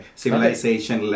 civilization